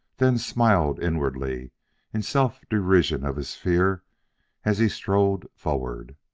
then smiled inwardly in self-derision of his fear as he strode forward.